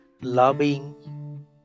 lobbying